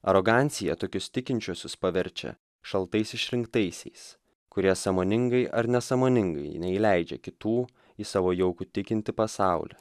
arogancija tokius tikinčiuosius paverčia šaltais išrinktaisiais kurie sąmoningai ar nesąmoningai neįleidžia kitų į savo jaukų tikintį pasaulį